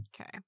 Okay